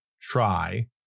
try